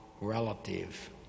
relative